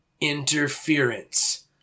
interference